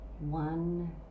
one